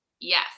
yes